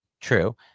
True